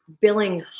billing